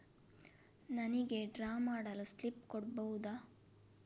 ನನಿಗೆ ಡ್ರಾ ಮಾಡಲು ಸ್ಲಿಪ್ ಕೊಡ್ಬಹುದಾ?